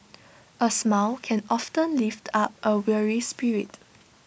A smile can often lift up A weary spirit